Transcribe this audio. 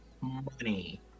money